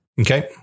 Okay